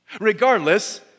regardless